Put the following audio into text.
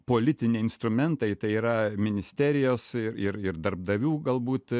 politiniai instrumentai tai yra ministerijos ir ir darbdavių galbūt